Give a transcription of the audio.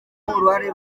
n’uruhare